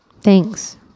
Thanks